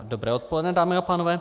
Dobré odpoledne, dámy a pánové.